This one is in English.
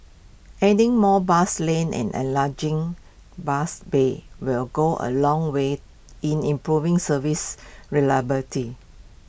adding more bus lanes and enlarging bus bays will go A long way in improving service reliability